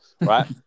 right